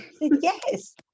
Yes